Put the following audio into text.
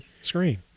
screen